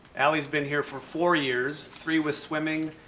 ellie's been here for four years, three with swimming,